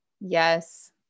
Yes